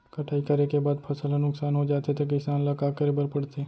कटाई करे के बाद फसल ह नुकसान हो जाथे त किसान ल का करे बर पढ़थे?